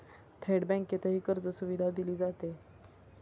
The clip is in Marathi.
थेट बँकेतही कर्जसुविधा दिली जाते